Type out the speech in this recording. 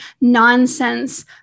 nonsense